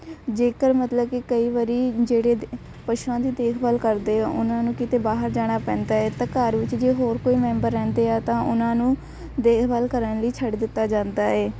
ਜੇਕਰ ਮਤਲਬ ਕਿ ਕਈ ਵਾਰੀ ਜਿਹੜੇ ਦ ਪਸ਼ੂਆਂ ਦੀ ਦੇਖਭਾਲ ਕਰਦੇ ਆ ਉਹਨਾਂ ਨੂੰ ਕਿਤੇ ਬਾਹਰ ਜਾਣਾ ਪੈਂਦਾ ਏ ਤਾਂ ਘਰ ਵਿੱਚ ਜੇ ਹੋਰ ਕੋਈ ਮੈਂਬਰ ਰਹਿੰਦੇ ਆ ਤਾਂ ਉਹਨਾਂ ਨੂੰ ਦੇਖਭਾਲ ਕਰਨ ਲਈ ਛੱਡ ਦਿੱਤਾ ਜਾਂਦਾ ਏ